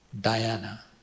Diana